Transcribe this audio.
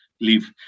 leave